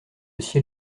ciel